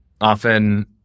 often